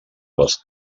les